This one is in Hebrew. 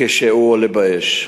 כשהוא עולה באש.